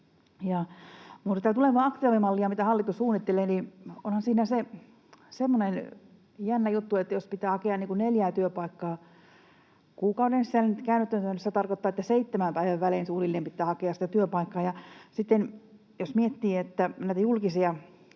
tulevaan aktiivimalliin, mitä hallitus suunnittelee, niin onhan siinä semmoinen jännä juttu, että jos pitää hakea neljää työpaikkaa kuukauden sisällä, niin käytännössä se tarkoittaa, että seitsemän päivän välein suunnilleen pitää hakea sitä työpaikkaa. Sitten jos miettii näitä julkisia